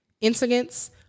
incidents